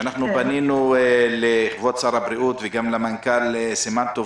אנחנו פנינו לכבוד שר הבריאות וגם למנכ"ל בר סימן טוב,